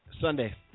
Sunday